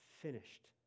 finished